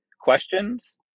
questions